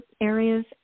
areas